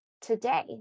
today